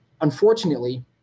unfortunately